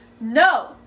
No